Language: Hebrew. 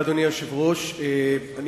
אדוני היושב-ראש, תודה.